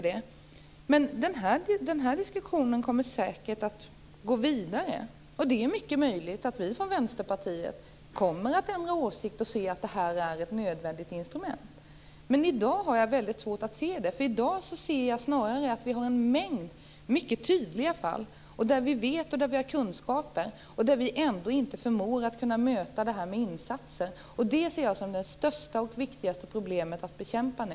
Denna diskussion kommer säkert att gå vidare. Det är mycket möjligt att vi från Vänsterpartiet kommer att ändra åsikt och inse att det är ett nödvändigt instrument. I dag har jag väldigt svårt att inse det. I dag har vi kunskaper om en mängd mycket tydliga fall, och vi förmår ändå inte möta missbruket med insatser. Det ser jag som det största och viktigaste problemet att bekämpa nu.